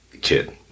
kid